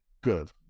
good